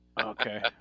Okay